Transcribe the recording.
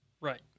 Right